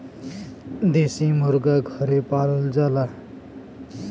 देसी मुरगा घरे पालल जाला